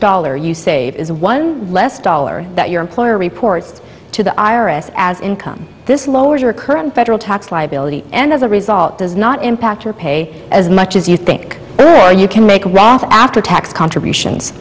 dollar you save is one less dollar that your employer reports to the i r s as income this lowers your current federal tax liability and as a result does not impact your pay as much as you think earlier you can make a profit after tax contributions